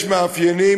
יש דברים שמאפיינים,